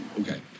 Okay